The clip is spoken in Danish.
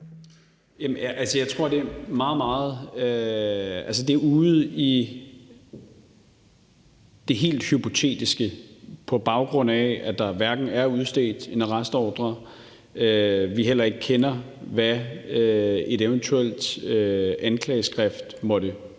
jeg tror, det er ude i det helt hypotetiske, fordi der ikke er udstedt en arrestordre og vi derfor heller ikke kender til, hvad et eventuelt anklageskrift måtte bygge